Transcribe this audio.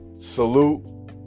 salute